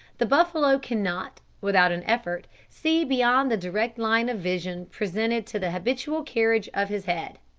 the buffalo cannot, without an effort, see beyond the direct line of vision presented to the habitual carriage of his head.